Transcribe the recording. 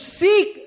seek